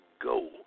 go